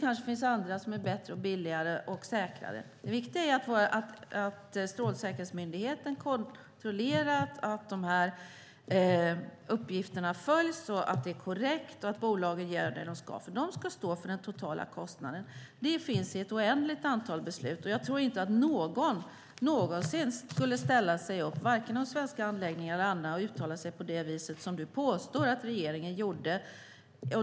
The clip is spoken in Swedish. Kanske finns det andra som är bättre, billigare och säkrare. Det viktiga är att Strålsäkerhetsmyndigheten kontrollerar att uppgifterna följs, att det hela är korrekt, att bolagen gör det som de ska. De ska stå för den totala kostnaden; det finns det ett oändligt antal beslut om. Jag tror inte att någon någonsin skulle ställa sig upp, varken vid de svenska anläggningarna eller på några andra ställen, och uttala sig på det viset som Per Bolund påstår att regeringen gjort.